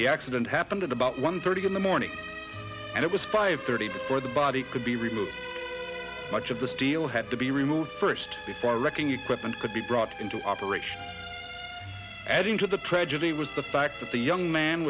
the accident happened at about one thirty in the morning and it was five thirty before the body could be removed much of the steel had to be removed first before wrecking equipment could be brought into operation adding to the tragedy was the fact that the young man